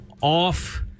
off-